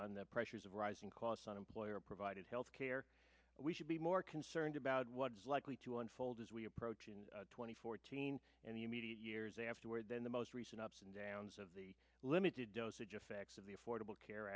on the pressures of rising costs on employer provided health care we should be more concerned about what is likely to unfold as we approach in two thousand and fourteen and the immediate years afterward than the most recent ups and downs of the limited dosage effects of the affordable care